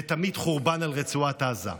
ותמיט חורבן על רצועת עזה.